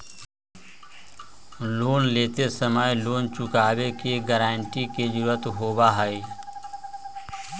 loan लेते समय loan चुकावे के गारंटी के जरुरत होबा हई